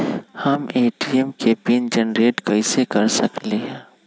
हम ए.टी.एम के PIN generate कईसे कर सकली ह?